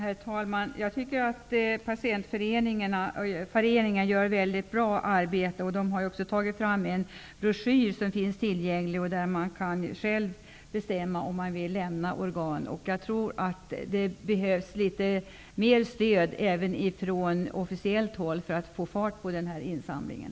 Herr talman! Jag tycker att patientföreningarna gör ett väldigt bra arbete, och de har också tagit fram en broschyr som finns tillgänglig, som beskriver hur man själv kan bestämma att man vill lämna organ. Jag tror att det behövs litet mer stöd även från officiellt håll för att få fart på den här insamlingen.